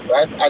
Right